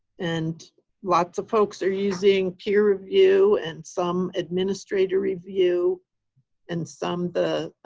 and lots of folks are using peer review and some administrator review and some the